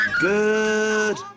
Good